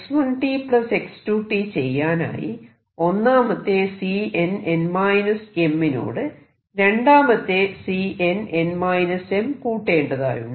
x1 x2 ചെയ്യാനായി ഒന്നാമത്തെ Cnn m നോട് രണ്ടാമത്തെ Cnn mകൂട്ടേണ്ടതായുണ്ട്